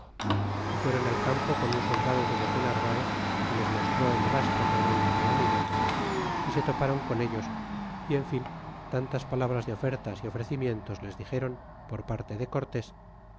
y fueron al campo con un soldado de los de narvaez que les mostró el rastro por donde habian ido y se toparon atabalero que era medio loco que se decía tapia y en este instante vino christóbal de oli y diego de ordas